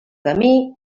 camí